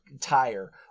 tire